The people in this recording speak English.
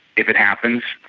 if it happens.